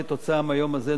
כתוצאה מהיום הזה,